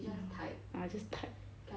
ah just type